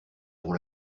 pour